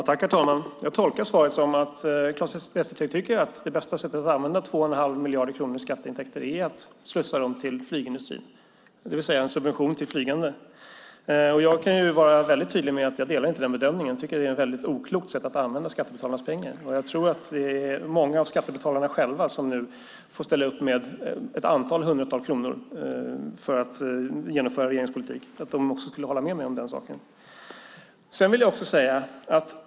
Herr talman! Jag tolkar svaret som att Claes Västerteg tycker att det bästa sättet att använda 2 1⁄2 miljard kronor i skatteintäkter är att slussa dem till flygindustrin, det vill säga en subvention till flygande. Jag kan vara väldigt tydligt med att jag inte delar den bedömningen. Det är ett oklokt sätt att använda skattebetalarnas pengar. Jag tror att många skattebetalare som nu får ställa upp med ett antal hundratal kronor för att genomföra regeringens politik också håller med mig om den saken.